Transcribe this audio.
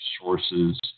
sources